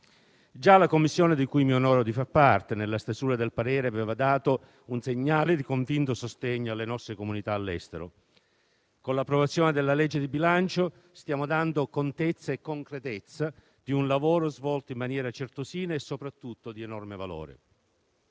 Già la Commissione di cui mi onoro di far parte, nella stesura del parere, aveva dato il segnale di un convinto sostegno alle nostre comunità all'estero. Con l'approvazione della legge di bilancio, stiamo dando contezza a un lavoro svolto in maniera certosina e soprattutto di enorme valore,